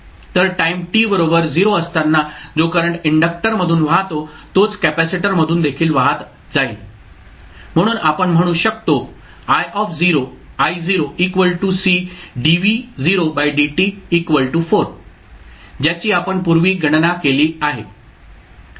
तर time t बरोबर 0 असताना जो करंट इंडक्टर मधून वाहतो तोच कॅपॅसिटर मधून देखील वाहत जाईल म्हणून आपण म्हणू शकतो ज्याची आपण पूर्वी गणना केली आहे